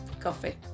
Coffee